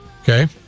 Okay